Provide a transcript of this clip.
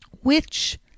Which